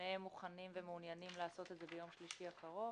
שניהם מוכנים ומעוניינים לעשות את זה ביום שלישי הקרוב.